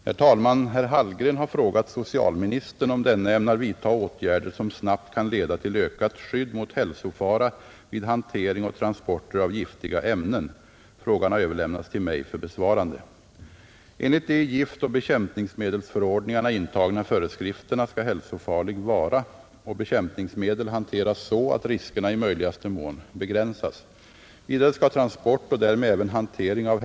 Herr talman! Herr Hallgren har frågat socialministern om denne ämnar vidtaga åtgärder som snabbt kan leda till ökat skydd mot hälsofara vid hantering och transporter av giftiga ämnen. Frågan har överlämnats till mig för besvarande. Enligt de i giftoch bekämpningsmedelsförordningarna intagna föreskrifterna skall hälsofarlig vara och bekämpningsmedel hanteras så att riskerna i möjligaste mån begränsas, Vidare skall transport och därmed även hantering av.